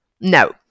No